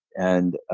and